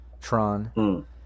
Tron